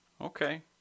Okay